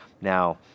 Now